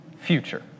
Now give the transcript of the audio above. future